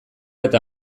eta